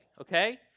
okay